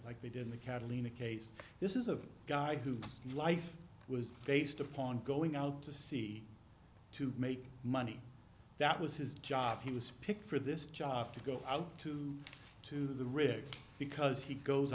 like they did in the catalina case this is a guy who like was based upon going out to sea to make money that was his job he was picked for this job to go out to to the rigs because he goes